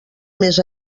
més